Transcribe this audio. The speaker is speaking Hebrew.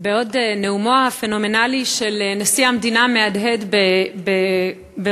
בעוד נאומו הפנומנלי של נשיא המדינה מהדהד בראשי,